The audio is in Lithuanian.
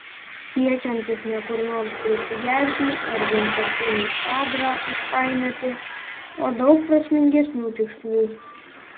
siekiantis ne kur nors prisigerti ar vienkartinį kadrą užpainioti o daug prasmingesnių tikslų